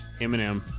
Eminem